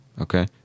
okay